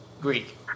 Greek